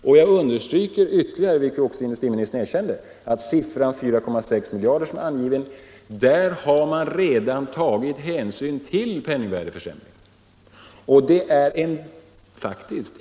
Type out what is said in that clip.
Och jag understryker än en gång — vilket industriministern också erkände — att i den angivna siffran 4,6 miljarder har man redan tagit hänsyn till penningvärdeförsämringen.